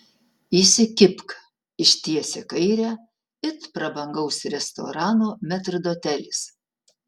įsikibk ištiesia kairę it prabangaus restorano metrdotelis